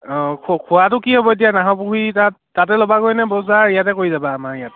অঁ খ খোৱাটো কি হ'ব এতিয়া নাহৰ পুখুৰী তাত তাতে ল'বাগৈ নে বজাৰ ইয়াতে কৰি যাবা আমাৰ ইয়াত